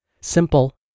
Simple